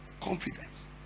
confidence